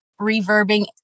reverbing